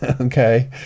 okay